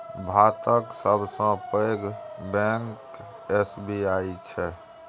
भातक सबसँ पैघ बैंक एस.बी.आई छै